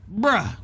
bruh